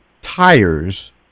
tires